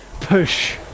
push